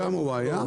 שם הוא היה,